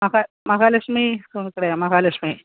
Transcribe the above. മഹാ മഹാലക്ഷ്മി തുണിക്കടയാണ് മഹാലക്ഷ്മി